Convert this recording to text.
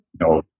No